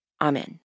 Amen